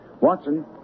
Watson